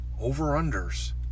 over-unders